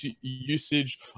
usage